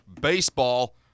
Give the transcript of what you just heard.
baseball